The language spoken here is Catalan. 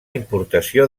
importació